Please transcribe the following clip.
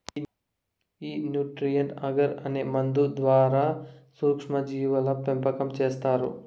ఈ nutrient agar అనే మందు ద్వారా సూక్ష్మ జీవుల పెంపకం చేస్తారు